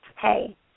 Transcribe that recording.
hey